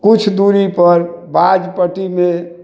कुछ दूरि पर बाज पट्टीमे